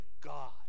God